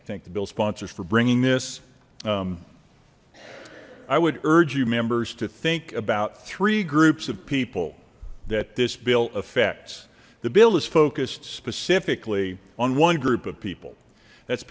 think the bill sponsors for bringing this i would urge you members to think about three groups of people that this bill affects the bill is focused specifically on one group of people that's